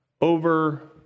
over